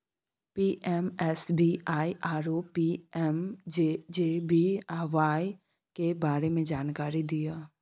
PMSBY आरो PMJJBY के बारे मे जानकारी दिय?